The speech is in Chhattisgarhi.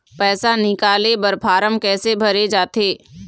पैसा निकाले बर फार्म कैसे भरे जाथे?